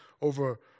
over